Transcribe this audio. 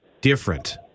different